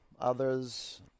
Others